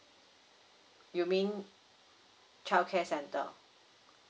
you mean child care centre